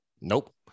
Nope